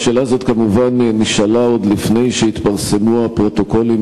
השאלה הזאת כמובן נשאלה עוד לפני שהתפרסמו הפרוטוקולים